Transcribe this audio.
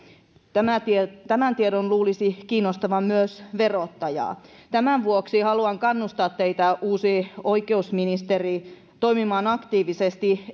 tämän tiedon luulisi kiinnostavan myös verottajaa tämän vuoksi haluan kannustaa teitä uusi oikeusministeri toimimaan aktiivisesti